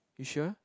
you sure